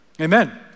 Amen